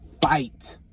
fight